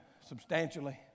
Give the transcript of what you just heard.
substantially